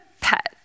pet